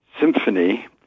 symphony